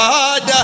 God